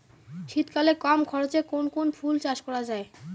শীতকালে কম খরচে কোন কোন ফুল চাষ করা য়ায়?